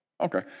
Okay